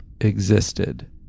Existed